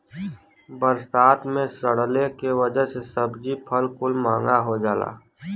बरसात मे सड़ले के वजह से सब्जी फल कुल महंगा हो जाला